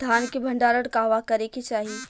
धान के भण्डारण कहवा करे के चाही?